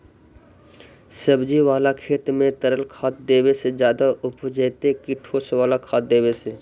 सब्जी बाला खेत में तरल खाद देवे से ज्यादा उपजतै कि ठोस वाला खाद देवे से?